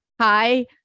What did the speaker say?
hi